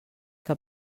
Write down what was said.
que